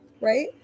right